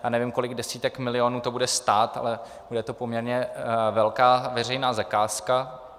Já nevím, kolik desítek milionů to bude stát, ale bude to poměrně velká veřejná zakázka.